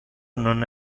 non